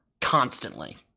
constantly